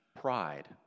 pride